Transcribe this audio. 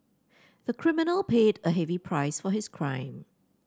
the criminal paid a heavy price for his crime